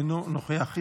אינו נוכח.